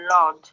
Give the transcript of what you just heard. Lord